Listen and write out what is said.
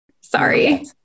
Sorry